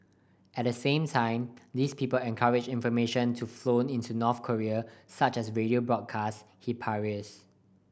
at the same time these people encourage information to flow into North Korea such as radio broadcasts he parries